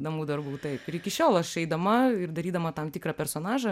namų darbų taip ir iki šiol aš eidama ir darydama tam tikrą personažą